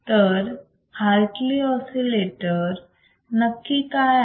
तर Hartley oscillator नक्की काय आहे